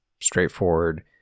straightforward